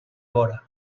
vora